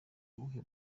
uwuhe